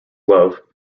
love